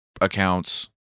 accounts